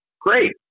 Great